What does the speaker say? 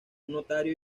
notario